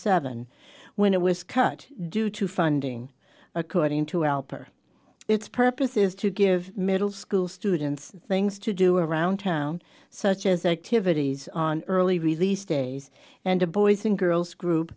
seven when it was cut due to funding according to alper its purpose is to give middle school students things to do around town such as activities on early release days and to boys and girls group